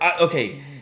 Okay